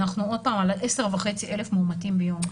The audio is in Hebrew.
ואנחנו עוד פעם על 10,500 מאומתים ביום.